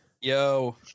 Yo